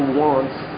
wants